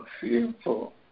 fearful